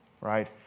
Right